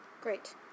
Great